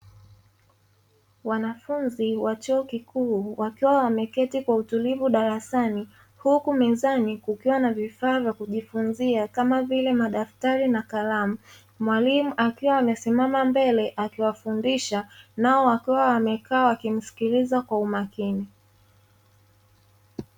Wanafunzi wa chuo kikuu wakiwa wamekaa kwa utulivu darasani, huku mezani kukiwa na vifaa vya kujifunzia kama vile madaftari na kalamu. Mwalimu akiwa amesimama mbele akiwafundisha, nao wakiwa wamekaa wakimsikiliza kwa umakini.